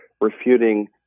refuting